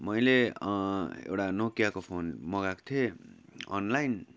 मैले एउटा नोकियाको फोन मगाएको थिएँ अनलाइन